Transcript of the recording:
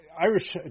Irish